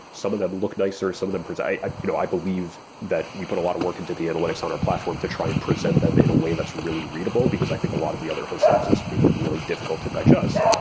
some of them look nice, some of them i you know i believe that we put a lot of work into the analytics on our platform to try and present them in a way that's really readable, because i think a lot of the other hosts that exist make them really difficult to digest.